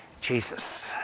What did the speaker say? Jesus